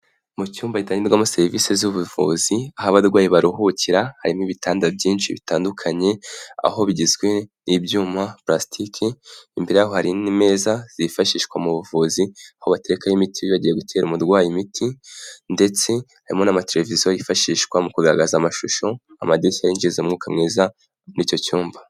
Mu cyumba gitangirwamo serivisi z'ubuvuzi, aho abarwayi baruhukira harimo ibitanda byinshi bitandukanye, aho bigizwe n'ibyuma, purasitiki, imbere yaho hari n'indi meza zifashishwa mu buvuzi, aho baterekaho imiti bibagiwe gutera umurwayi imiti ndetse harimo n'amatereviziyo yifashishwa mu kugaragaza amashusho, amadirishya yinjiza umwuka mwiza muri icyo cyumba.